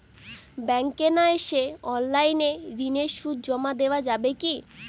ব্যাংকে না এসে অনলাইনে ঋণের সুদ জমা দেওয়া যাবে কি?